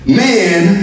man